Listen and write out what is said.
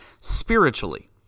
spiritually